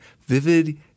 Vivid